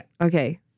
Okay